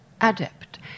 adept